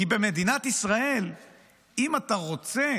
כי במדינת ישראל אם אתה רוצה